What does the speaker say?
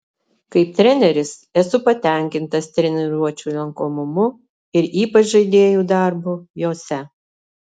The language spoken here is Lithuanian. kaip treneris esu patenkintas treniruočių lankomumu ir ypač žaidėjų darbu jose